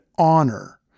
honor